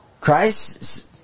Christ